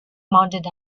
mounted